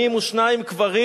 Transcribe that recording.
42 קברים